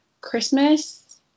Christmas